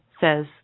says